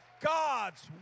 God's